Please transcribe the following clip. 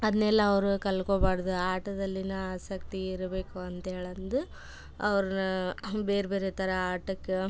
ಅದನ್ನೆಲ್ಲ ಅವ್ರು ಕಲ್ತ್ಕೋಬಾರ್ದ್ ಆಟದಲ್ಲಿನ ಆಸಕ್ತಿ ಇರಬೇಕು ಅಂತ ಹೇಳಿ ಅಂದು ಅವ್ರನ್ನ ಬೇರೆ ಬೇರೆ ಥರ ಆಟಕ್ಕೆ